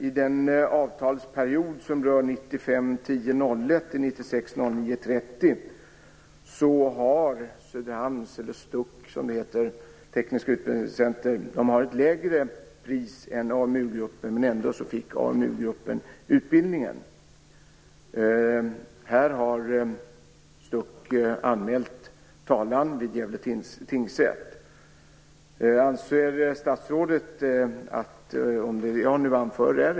Under avtalsperioden den 1 oktober gruppen. Ändå fick AMU-gruppen utbildningen. STUC har väckt talan vid Gävle tingsrätt.